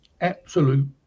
absolute